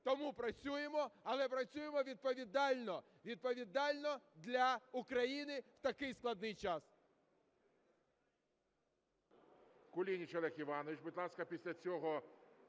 Тому працюємо, але працюємо відповідально, відповідально для України в такий складний час.